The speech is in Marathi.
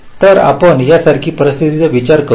तर आपण यासारख्या परिस्थितीचा विचार करूया